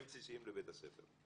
בסיסיים לבית הספר.